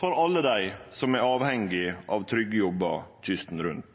for alle dei som er avhengige av trygge jobbar kysten rundt.